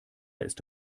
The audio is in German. ist